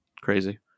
Crazy